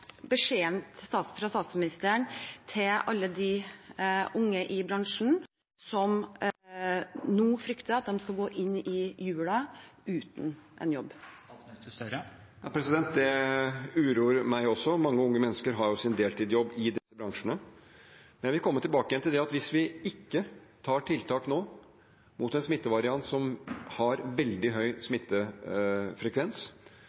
fra statsministeren til alle de unge i bransjen som nå frykter at de skal gå inn i julen uten en jobb? Det uroer meg også. Mange unge mennesker har jo sin deltidsjobb i disse bransjene. Jeg vil komme tilbake til det at hvis vi ikke nå tar tiltak mot en smittevariant som har veldig høy